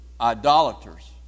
Idolaters